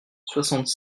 soixante